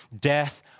death